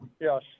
yes